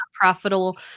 profitable